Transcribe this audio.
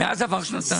מאז עבר שנתיים.